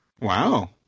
Wow